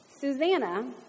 Susanna